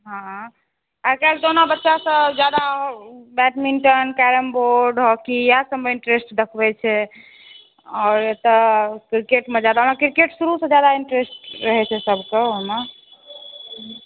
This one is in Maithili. हाँ आइकाल्हि तऽ ओना बच्चा सभ जादा बैडमिण्टन कैरमबोर्ड हॉकी इएह सभमे इन्ट्रेस्ट देखबै छै आओर एतऽ क्रिकेटमे जादा मतलब क्रिकेट शुरुसँ जादा इन्ट्रेस्ट रहै छै सभके गाँवमे